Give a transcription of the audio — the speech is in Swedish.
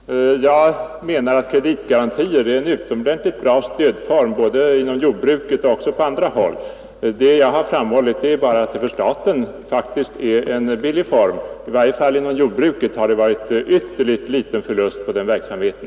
Herr talman! Jag anser att kreditgarantier är en utomordentligt bra stödform både inom jordbruket och på andra områden. Vad jag framhöll var bara att det för staten faktiskt är en billig form; i varje fall har det inom jordbruket varit en ytterligt liten förlust på den verksamheten.